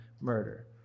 murder